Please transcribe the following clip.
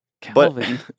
Calvin